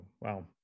wow